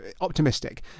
optimistic